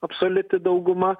absoliuti dauguma